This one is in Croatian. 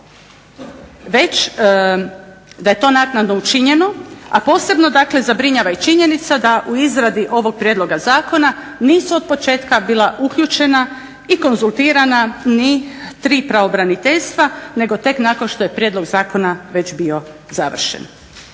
već da je to naknadno učinjeno, a posebno dakle zabrinjava i činjenica da u izradi ovog prijedloga zakona nisu od početka bila uključena i konzultirana ni tri pravobraniteljstva, nego tek nakon što je prijedlog zakona već bio završen.